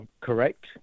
correct